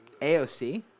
AOC